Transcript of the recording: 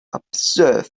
observe